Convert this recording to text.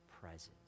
presence